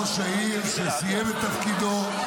ראש העיר שסיים את תפקידו,